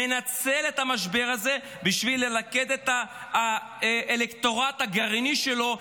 מנצל את המשבר הזה בשביל ללקט את האלקטורט הגרעיני שלו,